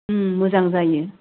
मोजां जायो